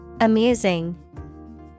Amusing